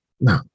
no